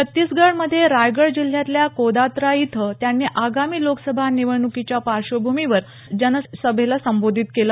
छत्तीसगड मध्ये रायगड जिल्ह्यातल्या कोदतराय इथं त्यांनी आगामी लोकसभा निवडणुकीच्या पार्श्वभूमीवर जनसभेला संबोधित केलं